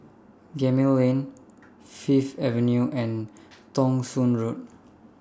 Gemmill Lane Fifth Avenue and Thong Soon Road